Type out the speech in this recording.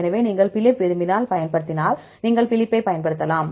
எனவே நீங்கள் பிலிப்பை விரும்பினால் பயன்படுத்தினால் நீங்கள் பிலிப்பைப் பயன்படுத்தலாம்